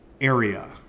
area